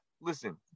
listen